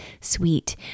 sweet